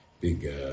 big